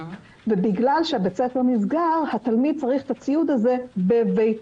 ובגלל שבית הספר נסגר התלמיד צריך את הציוד הזה בביתו.